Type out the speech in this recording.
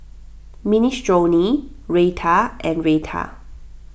Minestrone Raita and Raita